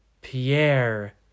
Pierre